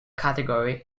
category